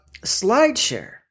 SlideShare